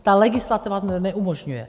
Ta legislativa to neumožňuje.